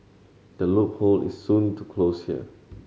the loophole is soon to close here